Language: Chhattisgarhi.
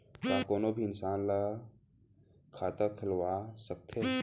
का कोनो भी इंसान मन ला खाता खुलवा सकथे?